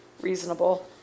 reasonable